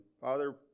Father